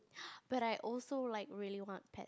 but I also like really want pet